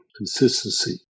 consistency